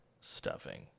stuffing